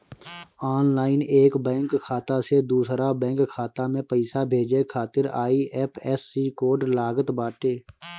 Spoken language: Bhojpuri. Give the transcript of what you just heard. ऑनलाइन एक बैंक खाता से दूसरा बैंक खाता में पईसा भेजे खातिर आई.एफ.एस.सी कोड लागत बाटे